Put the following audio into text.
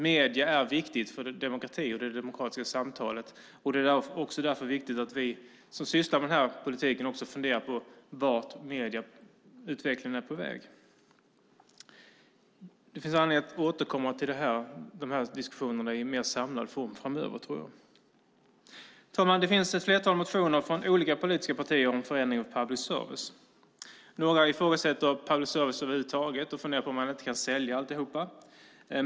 Medierna är viktiga för demokratin och det demokratiska samtalet. Det är också därför viktigt att vi som sysslar med politiken funderar på vart medieutvecklingen är på väg. Det finns anledning att återkomma till dessa diskussioner i mer samlad form framöver. Herr talman! Det finns ett flertal motioner från olika politiska partier om förändringar av public service-verksamheten. Några ifrågasätter public service-företagen över huvud taget och föreslår att allt säljs.